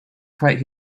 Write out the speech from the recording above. quite